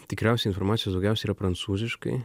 tikriausiai informacijos daugiausia yra prancūziškai